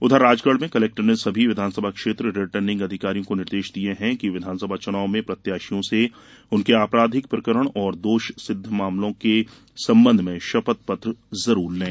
उधर राजगढ़ में कलेक्टर ने सभी विधानसभा क्षेत्र रिटर्निंग अधिकारियों को निर्देश दिये हैं कि विधानसभा चुनाव में प्रत्याशियों से उनके आपराधिक प्रकरण और दोषसिद्व मामलों के संबंध में शपथ पत्र जरूर लें